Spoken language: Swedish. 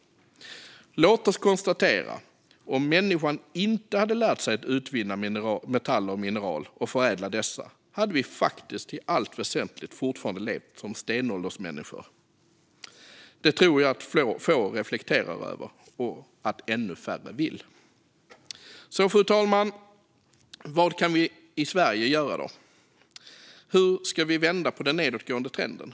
Låt oss konstatera att om människan inte hade lärt sig att utvinna metaller och mineral och att förädla dessa hade vi i allt väsentligt fortfarande levt som stenåldersmänniskor. Det tror jag att få reflekterar över och att ännu färre vill. Fru talman! Vad kan då vi i Sverige göra? Hur ska vi vända den nedåtgående trenden?